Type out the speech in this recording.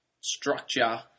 structure